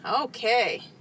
Okay